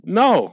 no